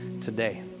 today